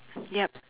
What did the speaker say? yup